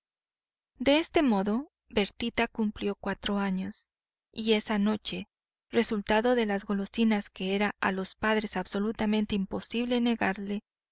de este modo bertita cumplió cuatro años y esa noche resultado de las golosinas que era a los padres absolutamente imposible negarle